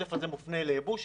העודף הזה מופנה לייבוש.